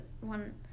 one